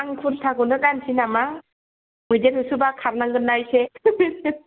आं कुरताखौनो गाननोसै नामा मैदेर होसोबा खारनांगोन ना एसे